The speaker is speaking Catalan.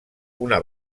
una